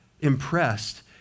impressed